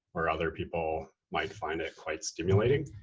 or other people might find it quite stimulating.